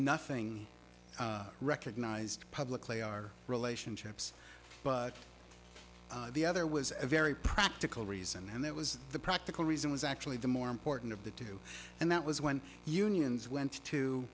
nothing recognized publicly our relationships but the other was a very practical reason and that was the practical reason was actually the more important of the two and that was when unions went